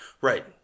Right